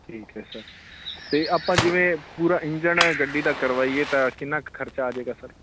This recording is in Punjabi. ਠੀਕ ਹੈ ਸਰ ਅਤੇ ਆਪਾਂ ਜਿਵੇਂ ਪੂਰਾ ਇੰਜਣ ਹੈ ਗੱਡੀ ਦਾ ਕਰਵਾਈਏ ਤਾਂ ਕਿੰਨਾ ਕੁ ਖਰਚਾ ਆ ਜੇਗਾ ਸਰ